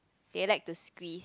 they like to squeeze